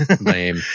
lame